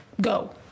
go